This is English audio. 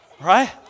Right